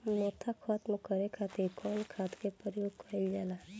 मोथा खत्म करे खातीर कउन खाद के प्रयोग कइल जाला?